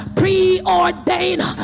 preordained